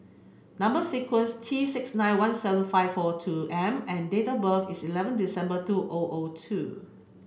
number sequence T six nine one seven five four two M and date of birth is eleven December two O O two